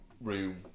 room